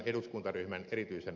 arvoisa puhemies